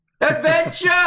Adventure